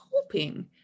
hoping